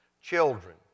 children